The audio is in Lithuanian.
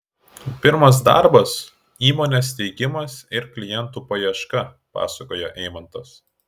pirmas darbas įmonės steigimas ir klientų paieška pasakoja eimantas